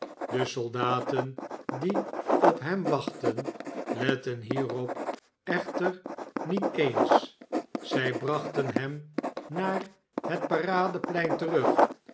de soldaten die op hem wachtten letten hierop echter niet eens zij brachten hem naar het paradeplein terug